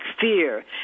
fear